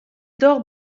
dour